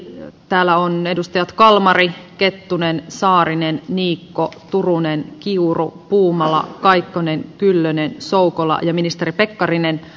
eli täällä ovat edustajat kalmari kettunen saarinen niikko turunen kiuru puumala kaikkonen kyllönen soukola ja ministeri pekkarinen